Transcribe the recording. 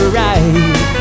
right